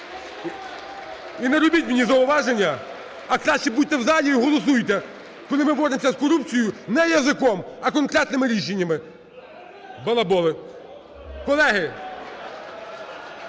І не робіть мені зауваження, а краще будьте в залі і голосуйте, коли ми боремося з корупцією, не язиком, а конкретними рішеннями. Балаболи. (Шум